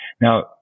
now